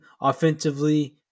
offensively